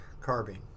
carbine